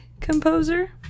composer